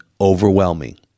overwhelming